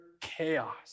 chaos